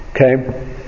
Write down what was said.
Okay